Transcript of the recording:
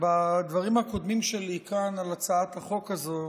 בדברים הקודמים שלי כאן על הצעת החוק הזאת